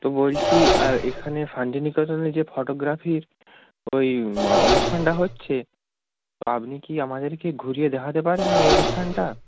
তো বলছি এখানে শান্তিনিকেতনে যে ফটোগ্রাফির ওই অনুষ্ঠানটা হচ্ছে তো আপনি কি আমাদেরকে ঘুরিয়ে দেখাতে পারেন ওই অনুষ্ঠানটা